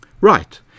Right